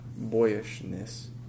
Boyishness